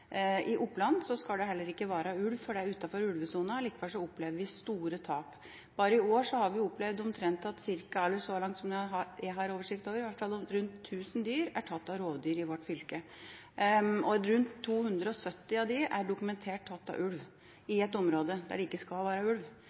I Oppland skal det heller ikke være ulv, for det er utenfor ulvesonen. Likevel opplever vi store tap. Bare i år har vi – så langt som jeg har oversikt over – opplevd at rundt 1 000 dyr er tatt av rovdyr i vårt fylke. Rundt 270 av dem er dokumentert tatt av ulv – i et område der det ikke skal være ulv.